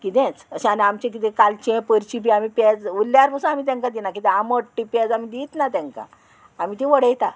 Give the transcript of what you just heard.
किदेंच अशें आनी आमचें कितें कालचें परचें बी आमी पेज उरल्यार बसू आमी तांकां दिना किद्या आमट ती पेज आमी दियतना तांकां आमी तीं उडयता